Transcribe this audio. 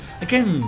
again